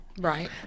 Right